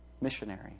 missionary